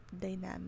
dynamic